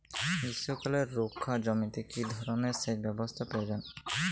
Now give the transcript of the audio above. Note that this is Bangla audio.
গ্রীষ্মকালে রুখা জমিতে কি ধরনের সেচ ব্যবস্থা প্রয়োজন?